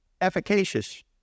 efficacious